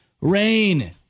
rain